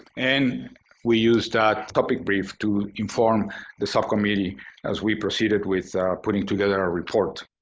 and we used that topic brief to inform the subcommittee as we proceeded with putting together our report.